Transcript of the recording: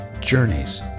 journeys